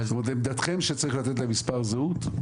זאת אומרת עמדתכם צריך לתת להם מספר זהות?